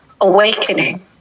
awakening